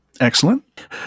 Excellent